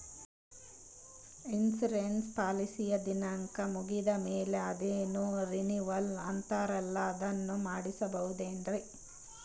Insurance ಪಾಲಿಸಿಯ ದಿನಾಂಕ ಮುಗಿದ ಮೇಲೆ ಅದೇನೋ ರಿನೀವಲ್ ಅಂತಾರಲ್ಲ ಅದನ್ನು ಮಾಡಿಸಬಹುದೇನ್ರಿ?